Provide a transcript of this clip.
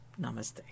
Namaste